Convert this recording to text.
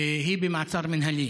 והיא במעצר מינהלי.